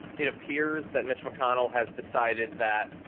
it appears that mitch mcconnell has decided that,